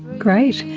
great.